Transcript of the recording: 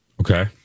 Okay